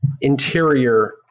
interior